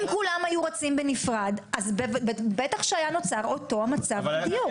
אם כולם היו רצים בנפרד היה נוצר אותו מצב בדיוק.